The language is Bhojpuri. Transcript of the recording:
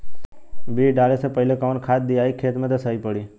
बीज डाले से पहिले कवन खाद्य दियायी खेत में त सही पड़ी?